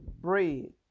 bread